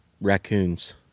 raccoons